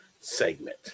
segment